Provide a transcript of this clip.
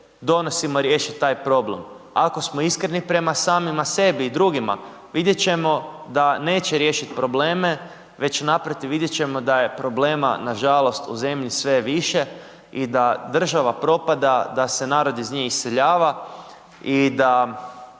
donosimo riješiti taj problem? Ako smo iskreni prema samima sebi i drugima vidjeti ćemo da neće riješiti probleme, već naprotiv vidjeti ćemo da je problema nažalost u zemlji sve više i da država propada, da se narod iz nje iseljava i da